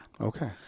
Okay